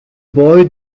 boy